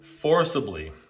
forcibly